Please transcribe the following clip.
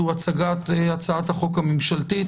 הצגת הצעת החוק הממשלתית,